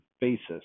basis